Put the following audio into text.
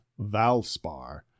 Valspar